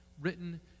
written